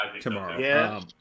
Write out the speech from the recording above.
tomorrow